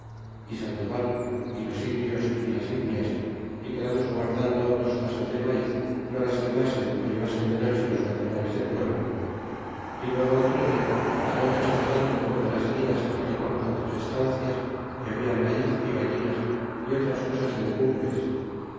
y sandoval y los indios y las indias y quedamos guardando dos casas de maiz no las quemasen o llevasen de noche los naturales del pueblo y luego otro dia pasamos mas adelante con otras guias y topamos otras estancias y habla maiz y gallinas y otras cosas de legumbres